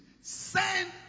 Send